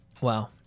Wow